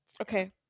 okay